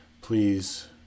please